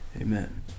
Amen